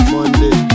Monday